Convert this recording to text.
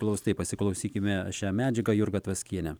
glaustai pasiklausykime šią medžiagą jurga tvaskienė